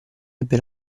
ebbe